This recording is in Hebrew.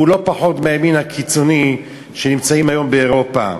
הוא לא פחות מהימין הקיצוני שנמצאים היום באירופה.